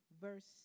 verse